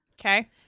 Okay